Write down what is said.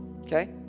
okay